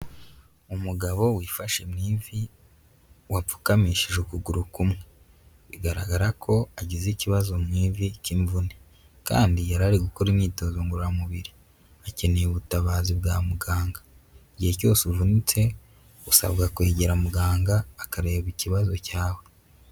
Umugabo wifashe mu ivi, wapfukamishije ukuguru kumwe. Bigaragara ko agize ikibazo mu ivi cy'imvune. Kandi yariri gukora imyitozo ngororamubiri. Akeneye ubutabazi bwa muganga. Igihe cyose uvunitse, usabwa kwegera muganga, akareba ikibazo cyawe.